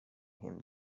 him